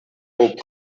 болуп